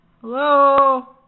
hello